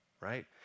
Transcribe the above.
right